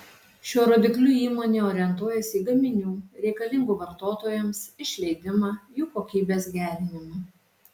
šiuo rodikliu įmonė orientuojasi į gaminių reikalingų vartotojams išleidimą jų kokybės gerinimą